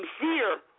fear